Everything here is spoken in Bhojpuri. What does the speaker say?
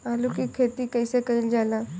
आलू की खेती कइसे कइल जाला?